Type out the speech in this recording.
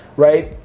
right?